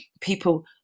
people